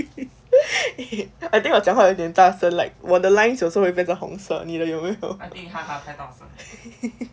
eh I think 我讲话好像有点大声 like 我的 lines 有时候会变红色你的有没有